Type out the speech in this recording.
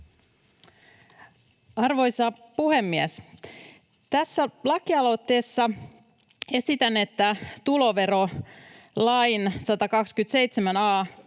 Arvoisa puhemies! Tässä lakialoitteessa esitän, että tuloverolain 127